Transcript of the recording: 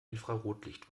infrarotlicht